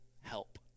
help